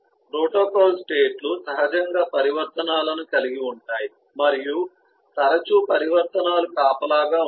protocol state లు సహజంగా పరివర్తనాలను కలిగి ఉంటాయి మరియు తరచూ పరివర్తనాలు కాపలాగా ఉంటాయి